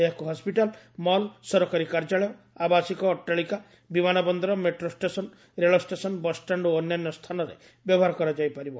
ଏହାକୁ hospital mall ସରକାରୀ କାର୍ଯ୍ୟାଳୟ ଆବାସିକ ଅଟ୍ଟାଳିକା ବିମାନ ବନ୍ଦର ମେଟ୍ରୋ ଷ୍ଟେସନ୍ ରେଳ ଷ୍ଟେସନ ବସଷ୍ଟାଣ୍ଡ୍ ଓ ଅନ୍ୟାନ୍ୟ ସ୍ଥାନରେ ବ୍ୟବହାର କରାଯାଇ ପାରିବ